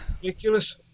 Ridiculous